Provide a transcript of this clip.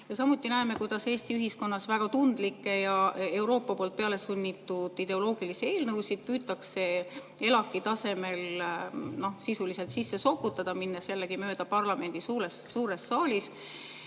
vääralt. Samuti näeme, kuidas Eesti ühiskonnas väga tundlikke ja Euroopast peale sunnitud ideoloogilisi eelnõusid püütakse ELAK-i tasemel sisuliselt sisse sokutada, minnes jällegi mööda parlamendi suures saalis